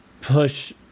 push